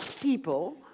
people